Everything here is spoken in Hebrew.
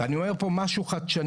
ואני אומר פה משהו חדשני,